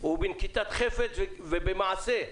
ועדיין יש דברים שהמחוקק לא רצה שייחסמו כמו מה שהוזכר בסעיף 12: